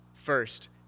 First